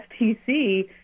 FTC